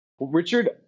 Richard